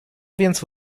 więc